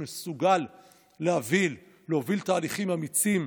מסוגל להוביל תהליכים אמיצים,